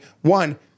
one